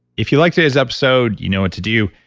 if you liked today's episode, you know what to do.